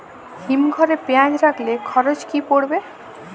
হিম ঘরে পেঁয়াজ রাখলে খরচ কি পড়বে?